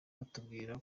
batubwira